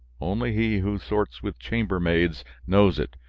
only he who sorts with chamber-maids knows it,